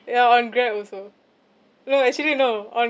ya on grab also no actually no on